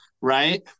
right